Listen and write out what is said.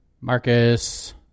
Marcus